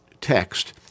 text